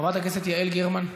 חברת הכנסת יעל גרמן,